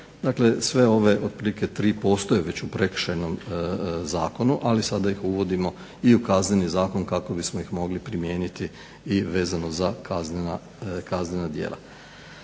Dakle, sve ove otprilike 3 postoje već u Prekršajnom zakonu, ali sada ih uvodimo i u Kazneni zakon kako bismo ih mogli primijeniti i vezano za kaznena djela.